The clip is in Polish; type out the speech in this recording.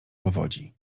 powodzi